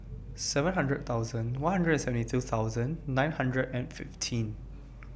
seven hundred thousand one hundred and seventy two thousand nine hundred and fifteen